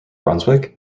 brunswick